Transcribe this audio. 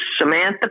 Samantha